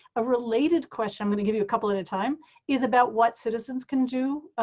a related question i'm going to give you a couple at a time is about what citizens can do.